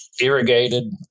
irrigated